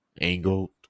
angled